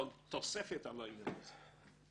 אבל תוספת על העניין הזה.